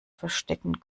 verstecken